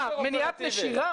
מה, מניעת נשירה?